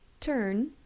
turn